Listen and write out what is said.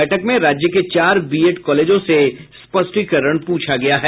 बैठक में राज्य के चार बीएड कॉलेजों से स्पष्टीकरण पूछा गया है